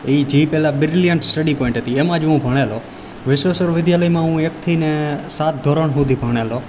ઇ ઝી પેલા brilliant study point હતી એમાંજ હું ભણેલો વિશ્વેસર વિદ્યાલયમાં હું એકથી સાત ધોરણ સુંધી ભણેલો